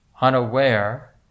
unaware